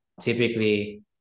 typically